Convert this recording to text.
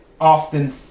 often